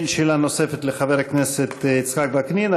אין שאלה נוספת לחבר הכנסת יצחק וקנין,